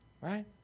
right